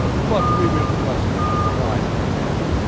but we will presently prouide for them